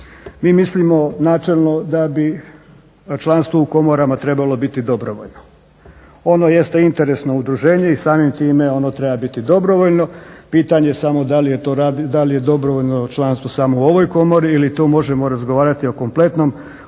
mi mislimo načelno da bi članstvo u komorama trebalo biti dobrovoljno. Ono jeste interesno udruženje i samim time ono treba biti dobrovoljno, pitanje je samo da li je dobrovoljno članstvo samo u ovoj komori ili to možemo razgovarati o kompletnom komorskom